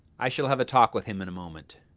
i shall have a talk with him in a moment.